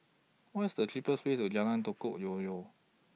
What IS The cheapest Way to Jalan Gotong Royong